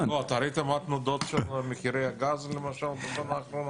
ראית מה תנודות מחירי הגז למשל, בשנה האחרונה?